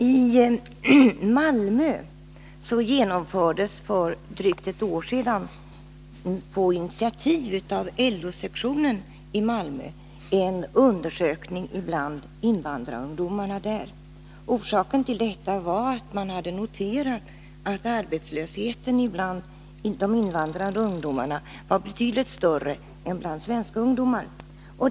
I Malmö genomfördes för drygt ett år sedan, på initiativ av LO-sektionen i Malmö, en undersökning av invandrarungdomarna där. Orsaken till detta var att man hade noterat att arbetslösheten bland de invandrade ungdomarna var betydligt större än bland svenska ungdomar.